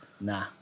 Nah